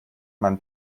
man